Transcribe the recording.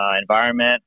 environment